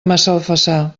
massalfassar